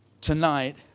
tonight